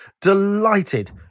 Delighted